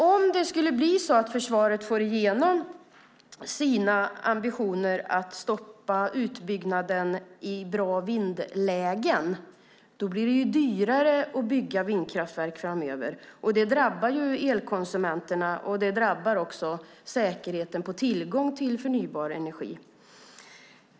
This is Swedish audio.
Om försvaret skulle få igenom sina ambitioner att stoppa utbyggnaden i bra vindlägen blir det dyrare att bygga vindkraftverk framöver. Det drabbar elkonsumenterna, och det drabbar också tillgången på förnybar energi.